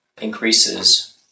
increases